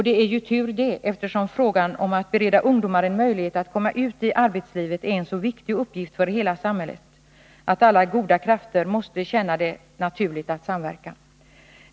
Det är ju tur det, eftersom frågan om att bereda ungdomar en möjlighet att komma ut i arbetslivet är en så viktig uppgift för hela samhället att alla goda krafter måste känna det naturligt att samverka.